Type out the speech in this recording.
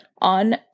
on